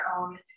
own